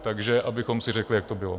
Takže abychom si řekli, jak to bylo.